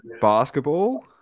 basketball